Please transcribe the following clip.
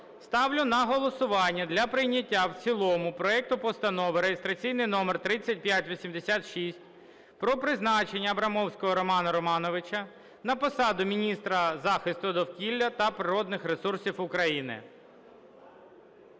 ставлю на голосування для прийняття в цілому проекту Постанови (реєстраційний номер 3586) про призначення Абрамовського Романа Романовича на посаду міністра захисту довкілля та природних ресурсів України.